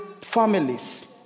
families